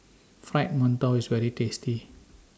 Fried mantou IS very tasty